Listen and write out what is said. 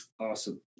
Awesome